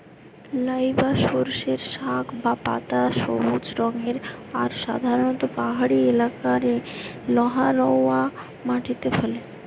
লাই বা সর্ষের শাক বা পাতা সবুজ রঙের আর সাধারণত পাহাড়িয়া এলাকারে লহা রওয়া মাটিরে ফলে